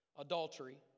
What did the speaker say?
adultery